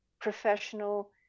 professional